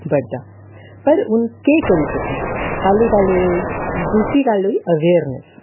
ऐ पर हून केह् करी सकने आं पैह्ली गल्ल एह् होई दूसरी गल्ल होई एबेयरनैस